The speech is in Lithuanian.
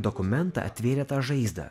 dokumenta atvėrė tą žaizdą